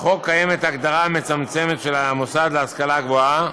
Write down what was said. בחוק קיימת הגדרה מצמצמת של מוסד להשכלה גבוהה,